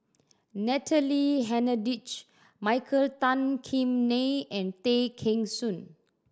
Natalie Hennedige Michael Tan Kim Nei and Tay Kheng Soon